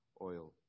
oil